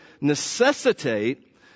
necessitate